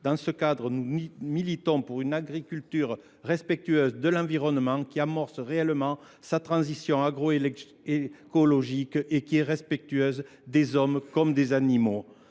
Dans ce cadre, nous militons pour une agriculture soucieuse de l’environnement, qui amorce réellement sa transition agroécologique ; une agriculture respectueuse des hommes comme des animaux.